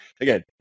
Again